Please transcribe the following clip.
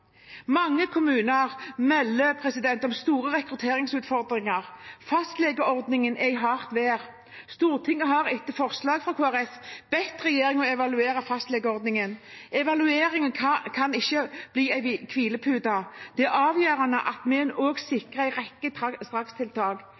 Mange kommuner melder om store rekrutteringsutfordringer. Fastlegeordningen er i hardt vær. Stortinget har etter forslag fra Kristelig Folkeparti bedt regjeringen evaluere fastlegeordningen. Evalueringen kan ikke bli en hvilepute. Det er avgjørende at